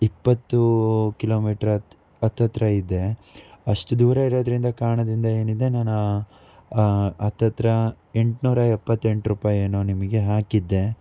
ಇಪ್ಪತ್ತು ಕಿಲೋಮೀಟ್ರ್ ಅತ್ ಹತ್ತತ್ರ ಇದೆ ಅಷ್ಟು ದೂರ ಇರೋದರಿಂದ ಕಾರಣದಿಂದ ಏನಿದೆ ನಾನು ಹತ್ತತ್ರ ಎಂಟುನೂರ ಎಪ್ಪತ್ತೆಂಟು ರೂಪಾಯೇನೋ ನಿಮಗೆ ಹಾಕಿದ್ದೆ